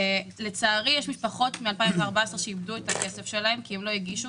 לצערי יש משפחות מ-2014 שאיבדו את הכסף שלהן כי הן לא הגישו.